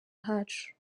hacu